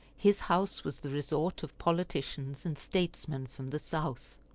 his house was the resort of politicians and statesmen from the south.